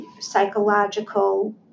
psychological